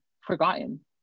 forgotten